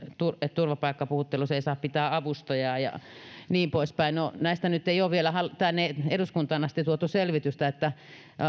turvapaikkapuhuttelussa ei saa pitää avustajaa ja niin pois päin no näistä nyt ei ole vielä tänne eduskuntaan asti tuotu selvitystä että